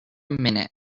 minute